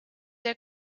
der